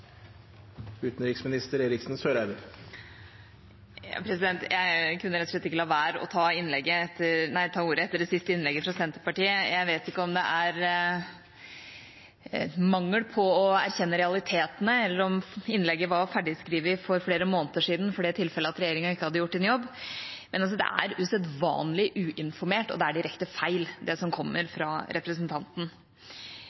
Jeg kunne rett og slett ikke la være å ta ordet etter det siste innlegget fra Senterpartiet. Jeg vet ikke om det er mangel på å erkjenne realitetene, eller om innlegget var ferdigskrevet for flere måneder siden – for det tilfellet at regjeringa ikke hadde gjort en jobb – men det er usedvanlig uinformert, og det er direkte feil det som kommer